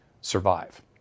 survive